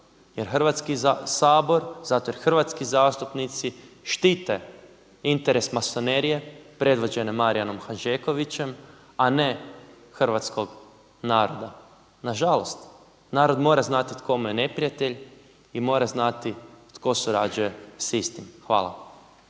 jer Hrvatski sabor, zato jer hrvatski zastupnici štite interes masonerije predvođene Marijanom Handžekovićem a ne hrvatskog naroda. Nažalost, narod mora znati tko mu je neprijatelj i mora znati tko surađuje sa istim. Hvala.